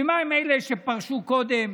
ומה עם אלה שפרשו קודם?